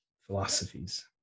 philosophies